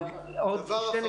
דבר אחרון.